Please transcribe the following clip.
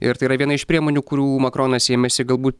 ir tai yra viena iš priemonių kurių makronas ėmėsi galbūt